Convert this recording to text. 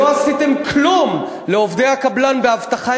שלא עשיתם כלום לעובדי הקבלן באבטחה,